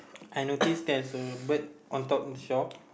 I notice there's a bird on top the shop